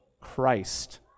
Christ